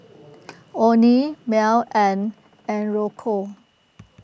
Onie Mell and Anrico